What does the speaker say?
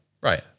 right